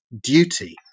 duty